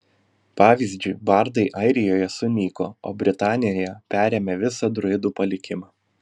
pavyzdžiui bardai airijoje sunyko o britanijoje perėmė visą druidų palikimą